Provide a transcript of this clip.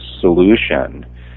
solution